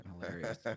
hilarious